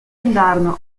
andarono